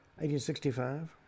1865